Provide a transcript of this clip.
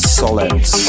solid